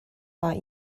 like